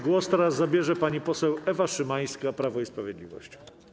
Głos teraz zabierze pani poseł Ewa Szymańska, Prawo i Sprawiedliwość.